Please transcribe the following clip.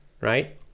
right